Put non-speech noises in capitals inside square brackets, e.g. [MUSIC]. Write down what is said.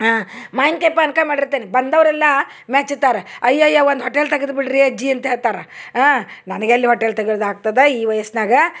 ಮಯ್ನ್ಕಾಯಿ ಪಾನ್ಕ ಮಾಡಿರ್ತೇನೆ ಬಂದವರೆಲ್ಲಾ ಮೆಚ್ತಾರ ಅಯ್ಯಯ್ಯ ಒಂದು ಹೋಟೆಲ್ ತೆಗದ್ಬಿಡ್ರಿ ಅಜ್ಜಿ ಅಂತ ಹೇಳ್ತಾರೆ ನನಗೆಲ್ಲಿ ಹೋಟೆಲ್ [UNINTELLIGIBLE] ಆಗ್ತದ ಈ ವಯಸ್ನಾಗ